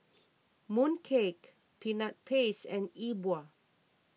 Mooncake Peanut Paste and E Bua